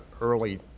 early